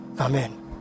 Amen